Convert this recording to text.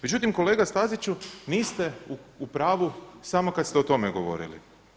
Međutim, kolega Staziću niste u pravu samo kad ste o tome govorili.